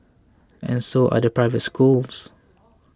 and so are the private schools